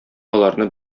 аларны